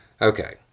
Okay